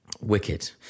Wicked